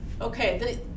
Okay